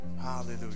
Hallelujah